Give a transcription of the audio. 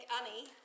Annie